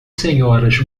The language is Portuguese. senhoras